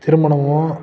திருமணம்